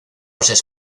los